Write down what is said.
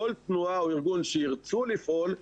כל תנועה או ארגון שירצה לפעול,